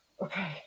Okay